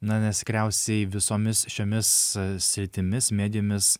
na nes tikriausiai visomis šiomis sritimis medijomis